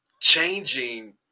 changing